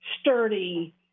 sturdy